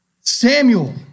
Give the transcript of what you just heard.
Samuel